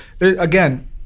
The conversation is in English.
Again